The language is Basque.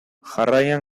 jarraian